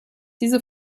diese